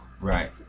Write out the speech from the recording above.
Right